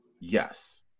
Yes